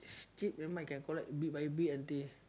still remember I can collect bit by bit until